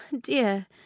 dear